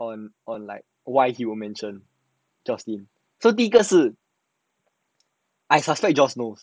on on like why he will mention joycelyn so 第一个是 I suspect joyce know